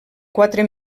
quatre